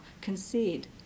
concede